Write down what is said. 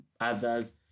others